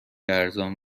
ارزان